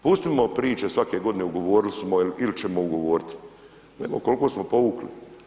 Pustimo priče svake godine ugovorili ili ćemo ugovoriti nego koliko smo povukli.